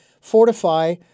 fortify